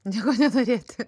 nieko nenorėti